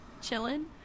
chilling